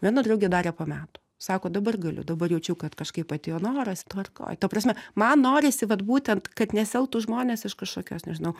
viena draugė darė po metų sako dabar galiu dabar jaučiau kad kažkaip atėjo noras tvarkoj ta prasme man norisi vat būtent kad nesielgtų žmonės iš kažkokios nežinau